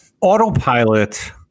autopilot